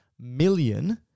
million